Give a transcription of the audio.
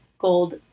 gold